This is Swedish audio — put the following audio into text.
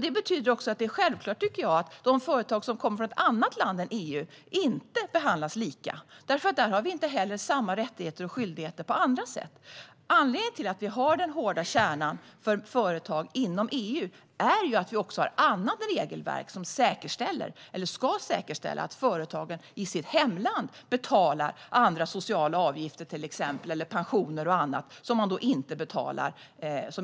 Det betyder också att det är självklart, tycker jag, att de företag som kommer från ett annat land än EU inte behandlas lika, eftersom vi där inte heller har samma rättigheter och skyldigheter på andra sätt. Anledningen till att vi har den hårda kärnan för företag inom EU är ju att vi också har andra regelverk som säkerställer - eller ska säkerställa - att företagen i sina hemländer betalar andra sociala avgifter, till exempel, eller pensioner och annat som alltså